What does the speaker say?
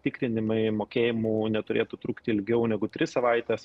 tikrinimai mokėjimų neturėtų trukti ilgiau negu tris savaites